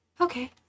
Okay